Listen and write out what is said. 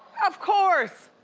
of course,